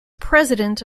president